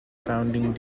founding